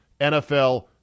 NFL